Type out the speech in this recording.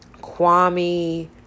Kwame